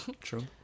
True